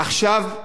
עכשיו,